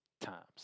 times